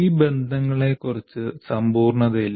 ഈ ബന്ധങ്ങളെക്കുറിച്ച് സമ്പൂർണ്ണതയില്ല